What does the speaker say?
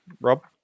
Rob